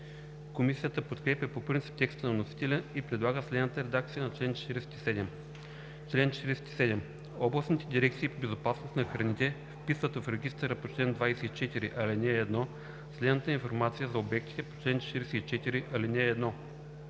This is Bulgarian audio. Комисията подкрепя по принцип текста на вносителя и предлага следната редакция на чл. 47: „Чл. 47. Областните дирекции по безопасност на храните вписват в регистъра по чл. 24, ал. 1 следната информация за обектите по чл. 44, ал. 1: 1.